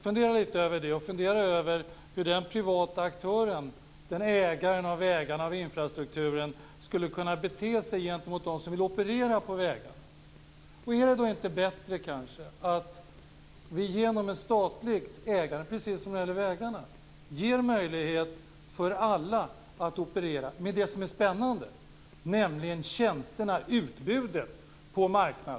Fundera lite över det, och fundera över hur den privata aktören, ägaren av vägarna, dvs. infrastrukturen, skulle kunna bete sig mot dem som vill operera på vägarna. Är det inte bättre att vi genom ett statligt ägande - precis som med vägarna - ger möjlighet för alla att operera. Det som är spännande är tjänsterna, dvs. utbudet på marknaden.